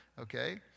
Okay